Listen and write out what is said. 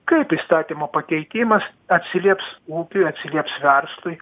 kaip įstatymo pakeitimas atsilieps ūkiui atsilieps verslui